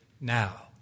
now